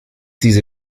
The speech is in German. diese